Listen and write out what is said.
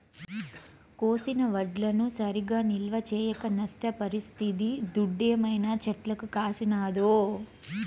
కోసిన వడ్లను సరిగా నిల్వ చేయక నష్టపరిస్తిది దుడ్డేమైనా చెట్లకు కాసినాదో